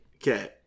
Okay